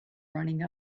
running